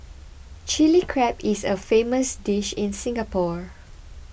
Chilli Crab is a famous dish in Singapore